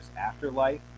Afterlife